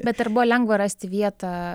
bet ar buvo lengva rasti vietą